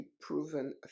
proven